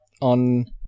on